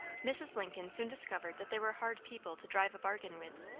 mrs. lincoln soon discovered that they were hard people to drive a bargain with,